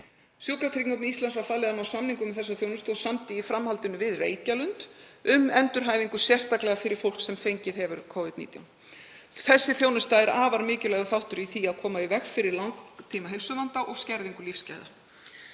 Sjúkratryggingum Íslands var falið að ná samningum um þessa þjónustu og sömdu í framhaldinu við Reykjalund um endurhæfingu, sérstaklega fyrir fólk sem fengið hefur Covid-19. Sú þjónusta er afar mikilvægur þáttur í því að koma í veg fyrir langtímaheilsuvanda og skerðingu lífsgæða.